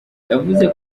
yavuze